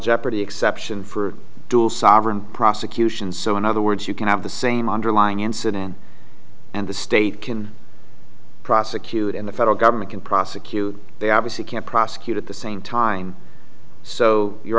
jeopardy exception for dual sovereign prosecutions so in other words you can have the same underlying incident and the state can prosecute in the federal government can prosecute they obviously can't prosecute at the same time so you're